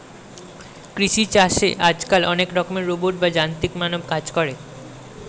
কৃষি চাষে আজকাল অনেক রকমের রোবট বা যান্ত্রিক মানব কাজ করে